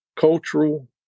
cultural